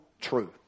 true